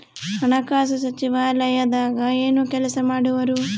ಹಣಕಾಸು ಸಚಿವಾಲಯದಾಗ ಏನು ಕೆಲಸ ಮಾಡುವರು?